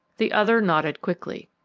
the other nodded quickly.